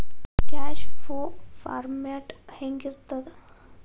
Cash flow format ಹೆಂಗಿರ್ತದ?